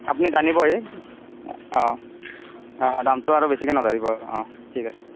আপুনি জানিব হে অঁ দামটো আৰু বেছিকে নধৰিব অঁ ঠিক আছে